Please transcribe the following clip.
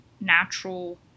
natural